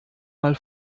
mal